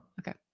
Okay